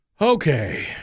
Okay